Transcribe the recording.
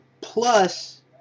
Plus